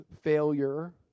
failure